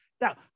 Now